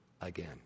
again